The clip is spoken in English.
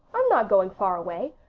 i'm not going far away.